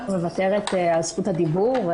אני מוותרת על זכות הדיבור,